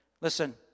listen